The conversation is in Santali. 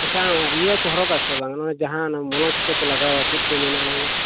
ᱟᱪᱪᱷᱟ ᱤᱭᱟᱹ ᱠᱚ ᱦᱚᱨᱚᱜᱼᱟ ᱥᱮ ᱵᱟᱝ ᱡᱟᱦᱟᱸ ᱚᱱᱟ ᱢᱚᱯᱚᱝ ᱥᱩᱛᱟᱹ ᱠᱚ ᱞᱟᱜᱟᱣᱟ ᱪᱮᱫ ᱠᱚ ᱢᱮᱱᱟ ᱚᱱᱟ ᱢᱟᱥᱮ